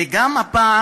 וגם אז,